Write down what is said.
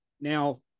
now